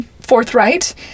forthright